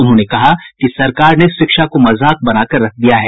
उन्होंने कहा कि सरकार ने शिक्षा को मजाक बनाकर रख दिया है